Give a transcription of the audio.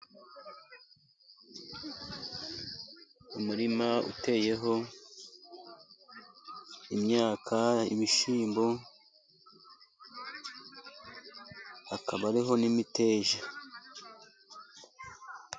Umurima uteyeho imyaka, ibishyimbo hakaba hariho n'imiteja.